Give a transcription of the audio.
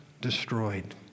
destroyed